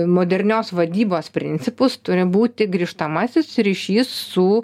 modernios vadybos principus turi būti grįžtamasis ryšys su